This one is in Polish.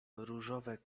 różowe